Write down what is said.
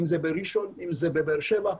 אם זה בראשון ואם זה בבאר שבע.